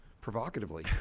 Provocatively